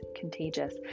contagious